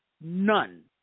none